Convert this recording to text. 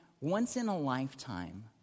once-in-a-lifetime